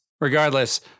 Regardless